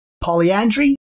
polyandry